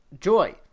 joy